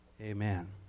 Amen